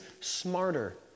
smarter